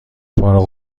فارغ